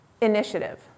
initiative